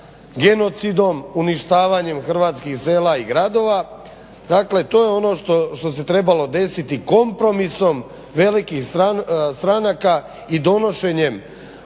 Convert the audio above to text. genocidom, uništavanjem hrvatskih sela i gradova. Dakle to je ono što se trebalo desiti kompromisom velikih stranaka i donošenjem